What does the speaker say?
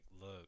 look